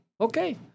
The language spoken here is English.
Okay